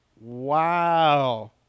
Wow